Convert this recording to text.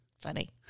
Funny